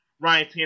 Ryan